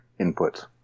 inputs